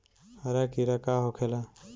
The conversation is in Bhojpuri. हरा कीड़ा का होखे ला?